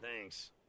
Thanks